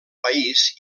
país